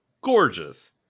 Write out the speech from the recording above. gorgeous